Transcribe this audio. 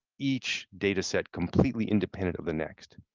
each data set completely independent of the next,